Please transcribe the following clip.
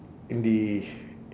in the